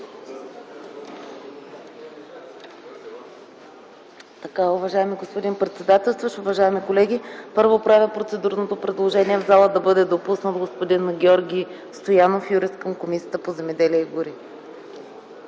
ТАНЕВА: Уважаеми господин председателстващ, уважаеми колеги! Първо, правя процедурно предложение в залата да бъде допуснат господин Георги Стоянов – юрист към Комисията по земеделието